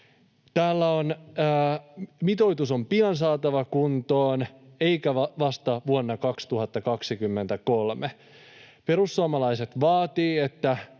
Täällä on: ”Mitoitus on saatava pian kuntoon, eikä vasta vuonna 2023. Perussuomalaiset vaatii, että